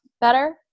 better